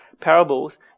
parables